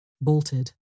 bolted